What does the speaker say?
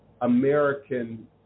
American